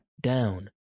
down